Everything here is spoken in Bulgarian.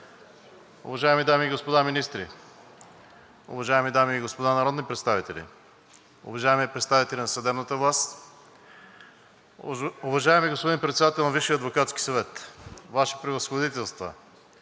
уважаеми дами и господа министри, уважаеми народни представители, уважаеми представители на съдебната власт, уважаеми господин Председател на Висшия адвокатски съвет, Ваши превъзходителства,